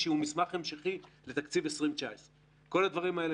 שהוא מסמך המשכי לתקציב 2019. כל הדברים האלה